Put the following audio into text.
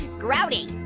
grody.